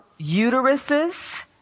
uteruses